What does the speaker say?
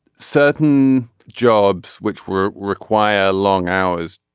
certain jobs which were require long hours.